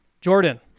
Jordan